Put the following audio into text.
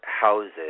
houses